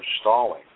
stalling